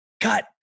cut